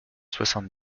soixante